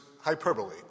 hyperbole